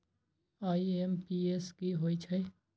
IMPS की होईछइ?